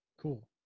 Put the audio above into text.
Cool